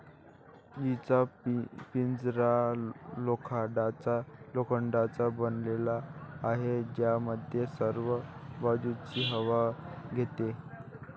जीचा पिंजरा लोखंडाचा बनलेला आहे, ज्यामध्ये सर्व बाजूंनी हवा येते